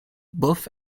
both